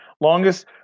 longest